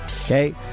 Okay